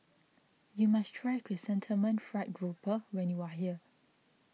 you must try Chrysanthemum Fried Grouper when you are here